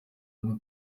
ngo